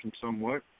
somewhat